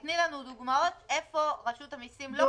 תני לנו דוגמאות איפה רשות המיסים לא